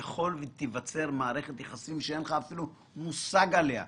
יכול ותיווצר מערכת יחסים שאין לך מושג עליה,